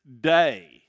day